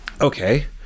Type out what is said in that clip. okay